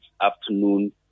afternoon